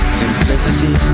simplicity